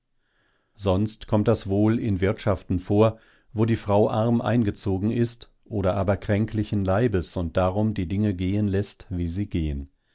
sonst kommt das wohl in wirtschaften vor wo die frau arm eingezogen ist oder aber kränklichen leibes und darum die dinge gehen läßt wie sie gehen